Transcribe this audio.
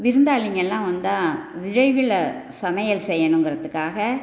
விருந்தாளிங்கள் எல்லாம் வந்தால் விரைவில் சமையல் செய்யணுங்கிறதுக்காக